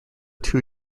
two